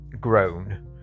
grown